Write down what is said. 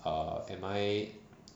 err am I